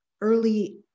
early